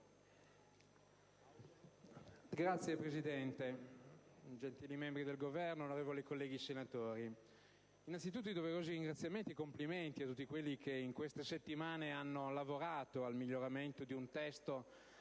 Signor Presidente, gentili membri del Governo, onorevoli colleghi senatori, innanzitutto i doverosi ringraziamenti e complimenti a tutti coloro che in queste settimane hanno lavorato al miglioramento di un testo